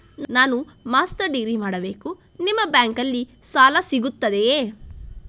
ನಾನು master degree ಮಾಡಬೇಕು, ನಿಮ್ಮ ಬ್ಯಾಂಕಲ್ಲಿ ಸಾಲ ಸಿಗುತ್ತದೆಯೇ?